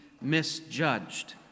misjudged